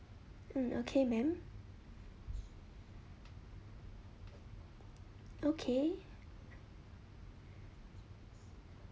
mm okay ma'am okay